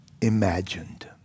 imagined